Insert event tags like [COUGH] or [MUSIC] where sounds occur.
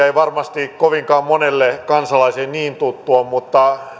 [UNINTELLIGIBLE] ei varmasti kovinkaan monelle kansalaiselle niin tuttu ole mutta